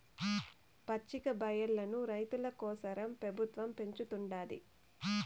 పచ్చికబయల్లను రైతుల కోసరం పెబుత్వం పెంచుతుండాది